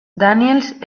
daniels